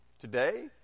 today